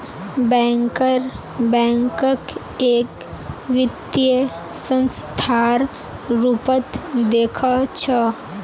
banker बैंकक एक वित्तीय संस्थार रूपत देखअ छ